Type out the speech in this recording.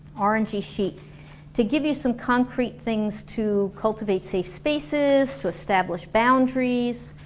orangey sheet to give you some concrete things to cultivate safe spaces, to establish boundaries